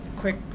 quick